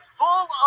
full